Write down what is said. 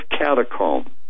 catacomb